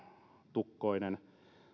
tukkoinen